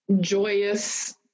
joyous